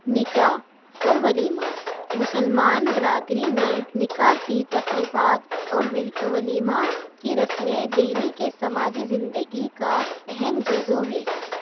نکاح اور ولیمہ مسلمان برادری میں نکاح کی تقریبات اور ولیمہ کی رسمیں دہلی کے سماجی زندگی کا اہم جزو ہے